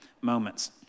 moments